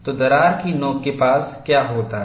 तो दरार की नोकके पास क्या होता है